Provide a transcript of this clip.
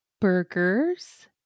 Burgers